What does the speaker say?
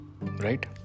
right